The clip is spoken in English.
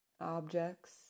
Objects